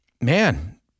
Man